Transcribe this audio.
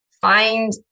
find